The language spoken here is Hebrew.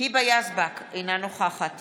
היבה יזבק, אינה נוכחת